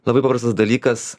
labai paprastas dalykas